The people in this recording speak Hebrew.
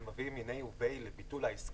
זה מביא מיני וביה לביטול ההסכם,